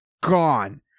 Gone